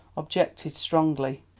objected strongly.